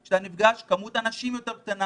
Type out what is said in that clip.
להיפגש עם כמות אנשים יותר קטנה,